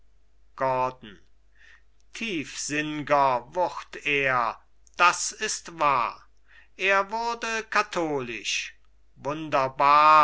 gordon tiefsinnger wurd er das ist wahr er wurde katholisch wunderbar